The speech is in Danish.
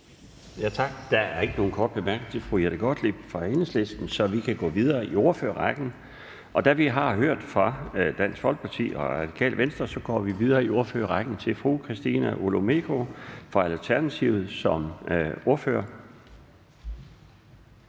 Tak. Der er ikke nogen korte bemærkninger til fru Jette Gottlieb fra Enhedslisten, så vi kan gå videre i ordførerrækken. Da vi har hørt fra Dansk Folkeparti og Radikale Venstre, går vi videre i ordførerrækken til fru Christina Olumeko fra Alternativet. Værsgo.